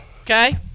okay